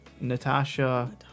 Natasha